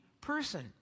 person